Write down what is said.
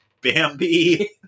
Bambi